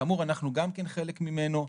כאמור אנחנו גם חלק ממנו.